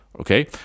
okay